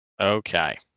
okay